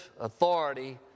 authority